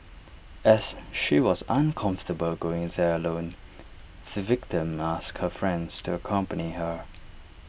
as she was uncomfortable going there alone the victim asked her friend to accompany her